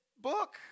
book